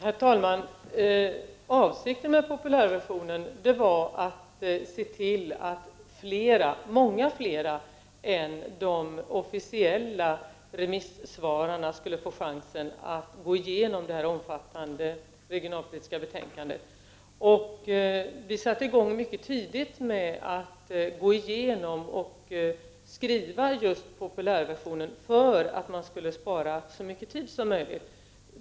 Herr talman! Avsikten med populärversionen var att se till att många fler än de officiella remisssvararna skulle få chansen att gå igenom det omfattande regionalpolitiska betänkandet. Vi satte i gång väldigt tidigt med att gå igenom betänkandet och skriva populärversionen för att man skulle spara så mycket tid som möjligt.